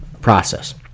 process